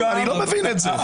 אני לא מבין את זה.